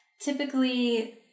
typically